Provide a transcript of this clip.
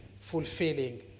fulfilling